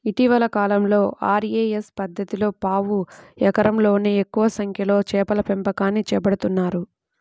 ఇటీవలి కాలంలో ఆర్.ఏ.ఎస్ పద్ధతిలో పావు ఎకరంలోనే ఎక్కువ సంఖ్యలో చేపల పెంపకాన్ని చేపడుతున్నారు